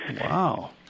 Wow